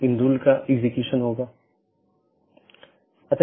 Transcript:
तो autonomous system या तो मल्टी होम AS या पारगमन AS हो सकता है